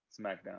SmackDown